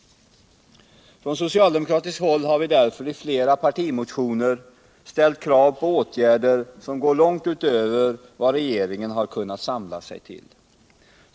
Från socialdemokratiskt håll har vi därför i flera partimotioner ställt krav på åtgärder som går långt utöver vad regeringen har kunnat samla sig till.